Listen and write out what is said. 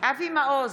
אבי מעוז,